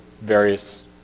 various